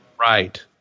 right